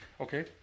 Okay